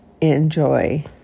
enjoy